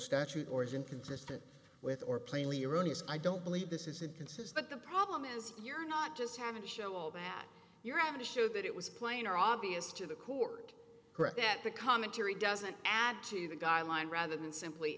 statute or is inconsistent with or plainly erroneous i don't believe this is inconsistent the problem is you're not just having to show all that you're having to show that it was plain are obvious to the court that the commentary doesn't add to the guy line rather than simply